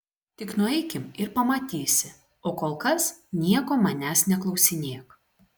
tik nueikim ir pamatysi o kol kas nieko manęs neklausinėk